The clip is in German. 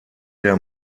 der